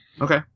Okay